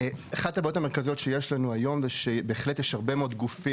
אחת הבעיות המרכזיות שיש לנו היא שבהחלט יש הרבה מאוד גופים